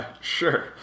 Sure